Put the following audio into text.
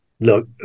look